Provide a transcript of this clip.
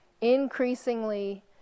increasingly